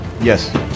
Yes